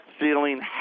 ceiling